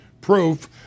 proof